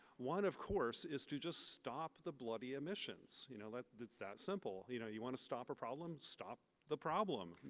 one, of course, is to just stop the bloody emissions. you know that it's that simple. you know, you want to stop a problem, stop the problem.